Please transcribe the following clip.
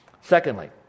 Secondly